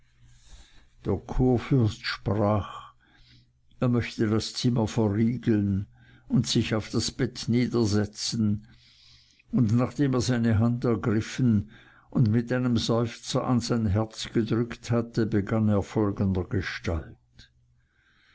der kurfürst sprach er möchte das zimmer verriegeln und sich auf das bett niedersetzen und nachdem er seine hand ergriffen und mit einem seufzer an sein herz gedrückt hatte begann er